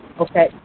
Okay